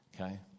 okay